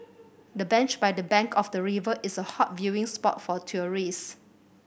the bench by the bank of the river is a hot viewing spot for tourist